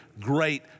great